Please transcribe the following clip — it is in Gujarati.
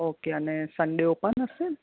ઓકે અને સન્ડે ઓપન હશે